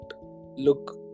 look